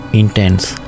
intense